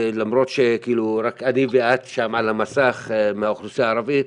ולמרות שכאילו רק אני ואת שם על המסך מהאוכלוסייה הערבית,